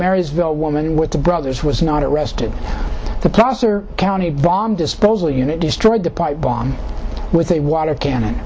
marysville woman with the brothers was not arrested the placer county bomb disposal unit destroyed the pipe bomb with a water cannon